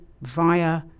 via